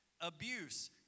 Abuse